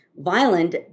violent